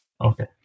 Okay